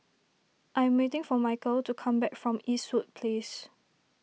I am waiting for Michial to come back from Eastwood Place